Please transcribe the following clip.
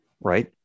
right